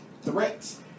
threats